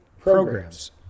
programs